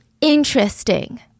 Interesting